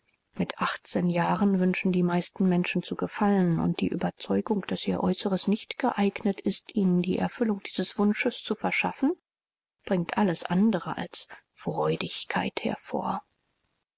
mit achtzehn jahren wünschen die meisten menschen zu gefallen und die überzeugung daß ihr äußeres nicht geeignet ist ihnen die erfüllung dieses wunsches zu verschaffen bringt alles andere als freudigkeit hervor